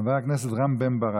חבר הכנסת רם בן ברק,